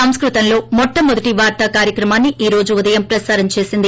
సంస్కృతంలో మొట్లమొందటి వార్తా కార్యక్రమాన్ని ఈ రోజు ఉదయం ప్రసారం చేసింది